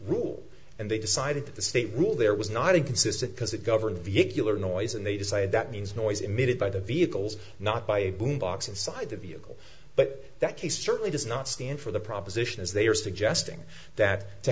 rule and they decided that the state rule there was not inconsistent because it governs vehicular noise and they decided that means noise emitted by the vehicles not by a boom box inside the vehicle but that case certainly does not stand for the proposition as they are suggesting that to